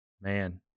Man